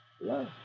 love